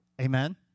Amen